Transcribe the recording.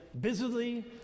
busily